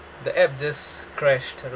the app just crashed I